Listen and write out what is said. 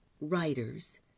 writers